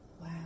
Wow